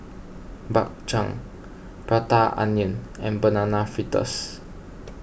Bak Chang Prata Onion and Banana Fritters